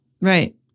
Right